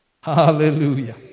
Hallelujah